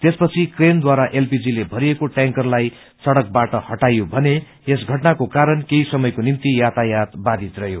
त्यसपछि क्रेनद्वारा एलपीजीले भरिएको टयांकरलाई सड़कबाट हटाइयो भने यस घटनाको कारण केही समयको निम्ति यातायात बाधित रहयो